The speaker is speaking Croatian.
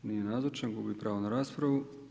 Nije nazočan, gubi pravo na raspravu.